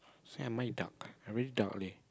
so am i dark I really dark leh